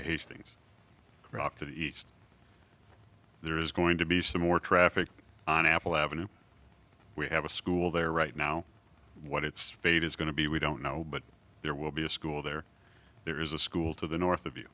hastings rock to the east there is going to be some more traffic on apple avenue we have a school there right now what its fate is going to be we don't know but there will be a school there there is a school to the north of you